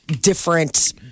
different